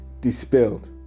dispelled